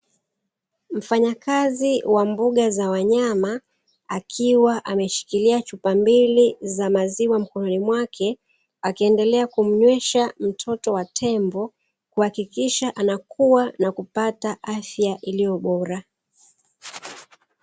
Mfanyakazi wa mbuga za wanyama, akiwa ameshikilia chupa mbili za maziwa mkononi mwake, akiendelea kumnywesha mtoto wa tembo, kuhakikisha anakua na kupata afya iliyobora.